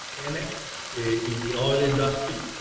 annex in the oil industry,